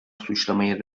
suçlamayı